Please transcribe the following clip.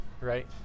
right